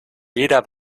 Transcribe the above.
jeder